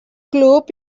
club